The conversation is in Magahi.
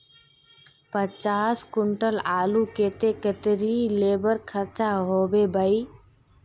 पचास कुंटल आलूर केते कतेरी लेबर खर्चा होबे बई?